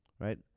right